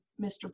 Mr